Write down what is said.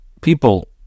people